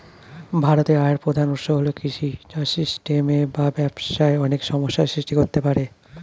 ভারতের আয়ের প্রধান উৎস হল কৃষি, যা সিস্টেমে বা ব্যবস্থায় অনেক সমস্যা সৃষ্টি করতে পারে